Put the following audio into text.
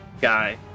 guy